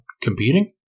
competing